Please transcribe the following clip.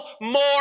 more